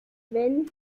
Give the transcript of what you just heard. wenn